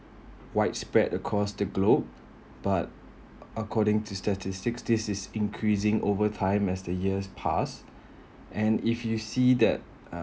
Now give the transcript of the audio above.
widespread across the globe but according to statistics this is increasing over time as the years pass and if you see the uh